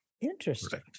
Interesting